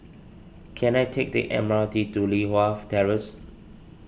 can I take the M R T to Li Hwan Terrace